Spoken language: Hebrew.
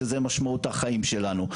שזה משמעות החיים שלנו.